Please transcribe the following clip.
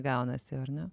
gaunasi jau ar ne